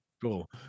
cool